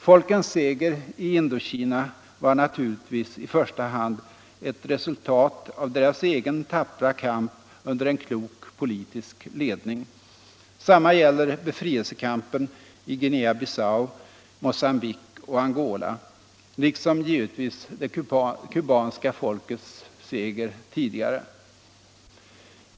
Folkens seger i Indokina var naturligtvis i första hand ett resultat av deras egen tappra kamp under en klok politisk ledning. Samma gäller befrielsekampen i Guinea-Bissau, Mocambique och Angola liksom givetvis det kubanska folkets seger tidigare.